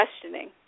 questioning